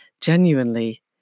genuinely